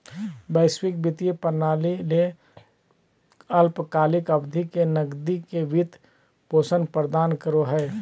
वैश्विक वित्तीय प्रणाली ले अल्पकालिक अवधि के नकदी के वित्त पोषण प्रदान करो हइ